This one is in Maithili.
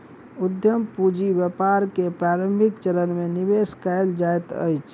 उद्यम पूंजी व्यापार के प्रारंभिक चरण में निवेश कयल जाइत अछि